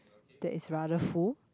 that is rather full